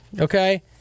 Okay